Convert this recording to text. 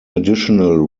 additional